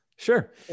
Sure